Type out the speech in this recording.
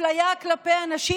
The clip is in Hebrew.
אפליה כלפי אנשים,